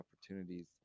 opportunities